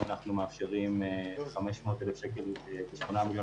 אנחנו מאפשרים 500 אלף שקל ב- 8 מיליון